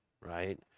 right